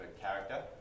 character